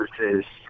versus